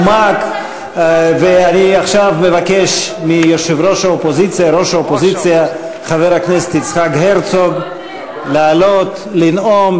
ואני עכשיו מבקש מראש האופוזיציה חבר הכנסת יצחק הרצוג לעלות לנאום,